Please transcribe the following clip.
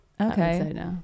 Okay